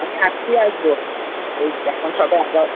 আমি আজকেই আসব ওই এখন সবে